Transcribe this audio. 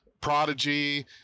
Prodigy